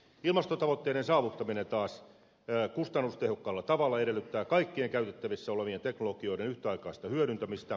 ilmastotavoitteiden saavuttaminen taas kustannustehokkaalla tavalla edellyttää kaikkien käytettävissä olevien teknologioiden yhtäaikaista hyödyntämistä